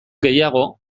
gehiago